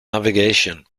navigation